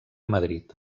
madrid